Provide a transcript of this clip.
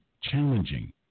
challenging